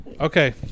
Okay